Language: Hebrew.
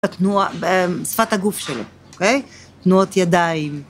שפת הגוף שלו, אוקיי? תנועות ידיים.